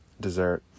dessert